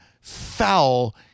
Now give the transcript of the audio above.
foul